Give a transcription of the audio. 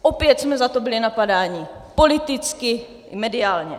Opět jsme za to byli napadáni politicky i mediálně.